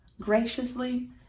graciously